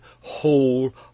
whole